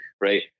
Right